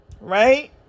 Right